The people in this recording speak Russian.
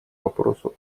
вопросу